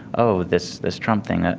oh, this this trump thing, ah